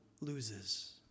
loses